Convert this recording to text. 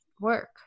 work